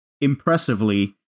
impressively